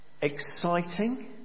exciting